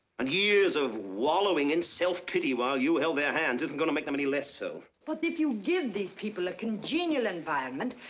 and years of wallowing in self-pity while you held their hands, isn't going to make them any less so. but if you give these people a congenial environment,